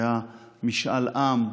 היה משאל עם,